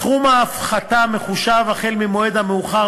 סכום ההפחתה מחושב החל מהמועד המאוחר